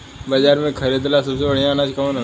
बाजार में खरदे ला सबसे बढ़ियां अनाज कवन हवे?